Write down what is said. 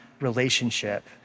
relationship